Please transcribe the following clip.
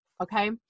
Okay